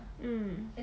mm